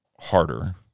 harder